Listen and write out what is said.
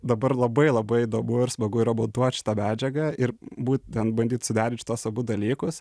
dabar labai labai įdomu ir smagu yra montuot šitą medžiagą ir būtent bandyt suderint šituos abu dalykus